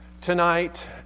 Tonight